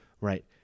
Right